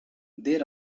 there